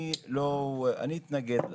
אני אתנגד לו.